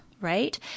right